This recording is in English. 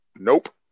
Nope